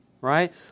Right